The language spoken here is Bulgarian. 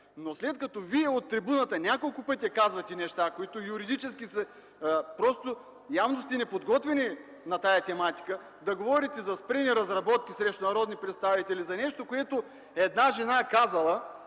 След като Вие от трибуната няколко пъти казвате неща, които юридически, просто явно сте неподготвени на тази тематика, да говорите за спрени разработки срещу народни представители, за нещо, което една жена казала